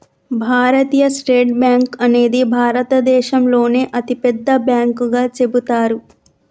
భారతీయ State Bank అనేది భారతదేశంలోనే అతిపెద్ద బ్యాంకుగా చెబుతారు